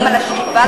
גם על השאיבה מממנים?